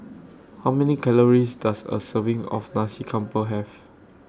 How Many Calories Does A Serving of Nasi Campur Have